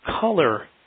color